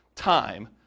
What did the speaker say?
Time